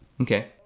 Okay